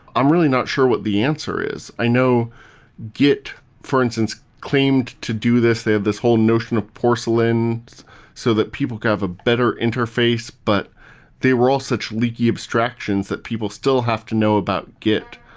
i'm really not sure what the answer is. i know git, for instance, claimed to do this. they have this whole notion of porcelain so that people have a better interface. but they were all such leaky abstractions that people still have to know about git.